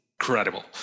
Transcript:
incredible